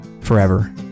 forever